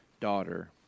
daughter